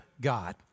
God